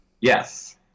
Yes